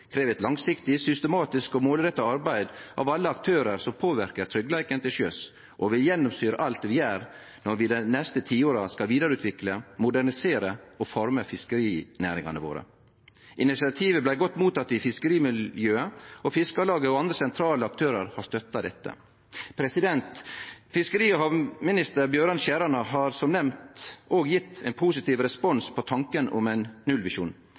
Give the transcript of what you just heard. krev eit langsiktig, systematisk og målretta arbeid av alle aktørar som påverkar tryggleiken til sjøs, og vil gjennomsyre alt vi gjer når vi dei neste tiåra skal vidareutvikle, modernisere og forme fiskerinæringane våre. Initiativet blei godt motteke i fiskerimiljøet, og Fiskarlaget og andre sentrale aktørar har støtta det. Fiskeri- og havminister Bjørnar Skjæran har som nemnt òg gjeve ein positiv respons på tanken om ein nullvisjon.